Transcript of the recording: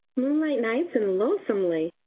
moonlight nights and lonesomely,